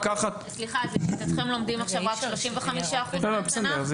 סליחה, אז לשיטתכם לומדים עכשיו רק 35% מהתנ"ך?